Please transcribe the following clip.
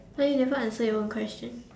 why you never answer your own question